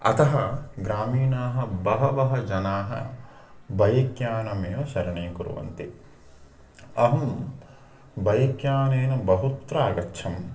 अतः ग्रामीणाः बहवः जनाः बैक् यानमेव शरणीकुर्वन्ति अहं बैक् यानेन बहुत्र अगच्छं